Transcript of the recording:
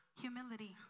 Humility